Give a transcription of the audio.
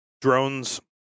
drones